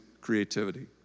creativity